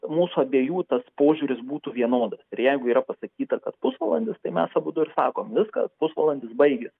mūsų abiejų tas požiūris būtų vienodas ir jeigu yra pasakyta kad pusvalandis tai mes abudu ir sakom viskas pusvalandis baigės